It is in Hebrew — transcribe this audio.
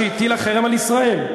על המדינה.